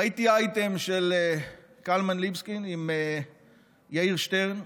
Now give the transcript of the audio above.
ראיתי אייטם של קלמן ליבסקינד עם יאיר שטרן,